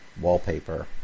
wallpaper